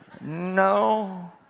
No